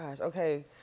okay